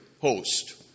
host